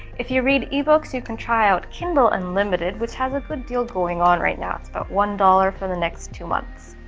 if you read ebooks you can try out kindle unlimited, which has a good deal going on right now it's about but one dollars for the next two months.